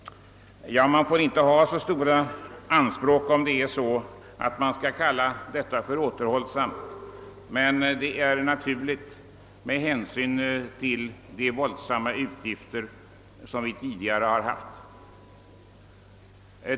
Inte får man ha stora anspråk när man skall kalla detta för återhållsamt, men uttrycket är ett bevis på hur våldsamt utgifterna tidigare har stigit.